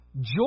joy